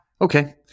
Okay